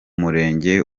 murenge